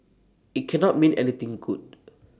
IT cannot mean anything good